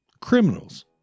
Criminals